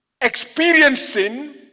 experiencing